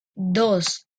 dos